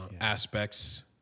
aspects